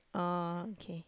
uh